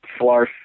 flarf